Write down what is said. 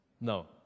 No